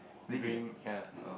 green ya